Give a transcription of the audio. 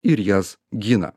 ir jas gina